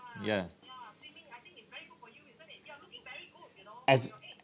yes